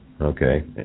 Okay